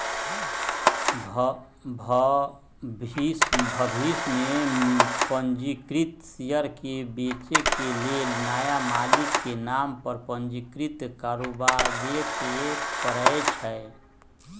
भविष में पंजीकृत शेयर के बेचे के लेल नया मालिक के नाम पर पंजीकृत करबाबेके परै छै